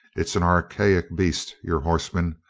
it's an archaic beast, your horseman.